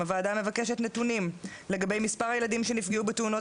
הוועדה מבקשת נתונים לגבי מספר הילדים שנפגעו בתאונות,